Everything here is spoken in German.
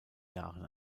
jahren